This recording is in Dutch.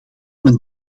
men